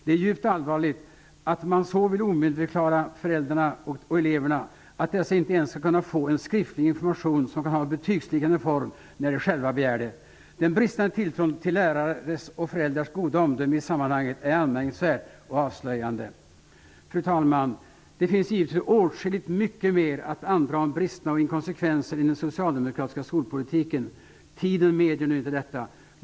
Det är djupt allvarligt att man så vill omyndigförklara föräldrarna och eleverna att dessa inte ens skall kunna få en skriftlig information, som kan ha en betygsliknande form, när de själva begär det. Den bristande tilltron till lärares och föräldrars goda omdöme i sammanhanget är anmärkningsvärd och avslöjande. Fru talman! Det finns givetvis åtskilligt mycket mer att andra om bristerna och inkonsekvensen i den socialdemokratiska skolpolitiken. Tiden medger nu inte detta.